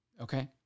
Okay